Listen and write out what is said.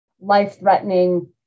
life-threatening